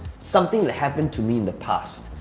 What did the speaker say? something that happened to me in the past,